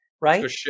right